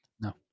No